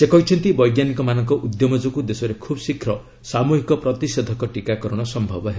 ସେ କହିଛନ୍ତି ବୈଜ୍ଞାନିକମାନଙ୍କ ଉଦ୍ୟମ ଯୋଗୁଁ ଦେଶରେ ଖୁବ୍ ଶୀଘ୍ର ସାମୁହିକ ପ୍ରତିଷେଧକ ଟିକାକରଣ ସମ୍ଭବ ହେବ